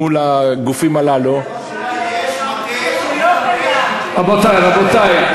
מול הגופים הללו, יש מטה, רבותי,